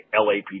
LAPD